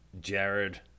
Jared